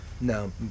No